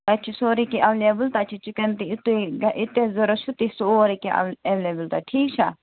اَتہِ چھُ سورُے کیٚنٛہہ ایٚویلیبُل تَتہِ چھُ چِکن تہِ یہِ تُہۍ یہِ تۅہہِ ضروٗرت چھُ تہِ چھُ سورُے کیٚنٛہہ ایٚو ایٚویلیبُل تتہِ ٹھیٖک چھا